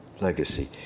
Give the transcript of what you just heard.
legacy